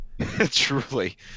Truly